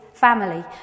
family